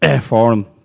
forum